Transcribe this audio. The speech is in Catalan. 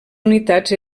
unitats